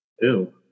Ew